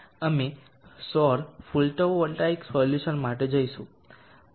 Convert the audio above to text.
અમે સૌર photovoltaic solution માટે જઈશું